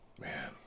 Man